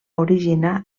originar